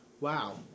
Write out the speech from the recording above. Wow